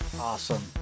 awesome